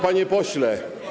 Panie Pośle!